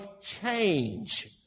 change